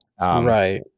Right